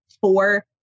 four